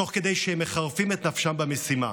תוך כדי שהם מחרפים את נפשם במשימה.